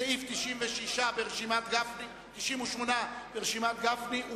סעיף 98 ברשימת גפני,